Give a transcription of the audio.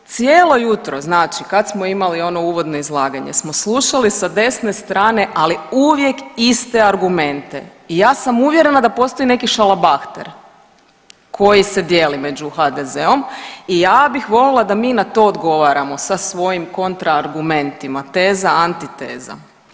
Cijelo jutro znači kad smo imali ono uvodno izlaganje smo slušali sa desne strane, ali uvijek iste argumente i ja sam uvjerena da postoji neki šalabahter koji se dijeli među HDZ-om i ja bih volila da mi na to odgovaramo sa svojim kontraargumentima teza, antiteza.